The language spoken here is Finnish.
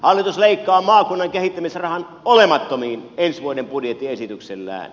hallitus leikkaa maakunnan kehittämisrahan olemattomiin ensi vuoden budjettiesityksellään